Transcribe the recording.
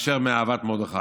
מאשר מאהבת מרדכי.